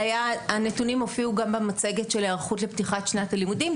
הנתונים גם הופיעו במצגת של ההיערכות לפתיחת שנת הלימודים.